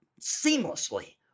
seamlessly